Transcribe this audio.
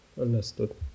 understood